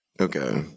Okay